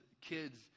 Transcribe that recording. kids